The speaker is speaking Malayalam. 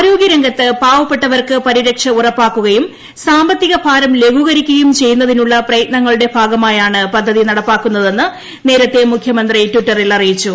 ആരോഗ്യ രംഗത്ത് പാവപ്പെട്ടവർക്ക് പരിരക്ഷ ഉറപ്പാക്കുകയും സാമ്പത്തിക ഭാരം ലഘൂകരിക്കുകയും ചെയ്യുന്നതിനുള്ള പ്രയത്നങ്ങളുടെ ഭാഗമായാണ് പദ്ധതി നടപ്പാക്കുന്നതെന്ന് നേരത്തെ മുഖ്യമന്ത്രി ടിറ്ററിൽ അറിയിച്ചു